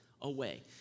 away